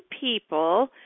people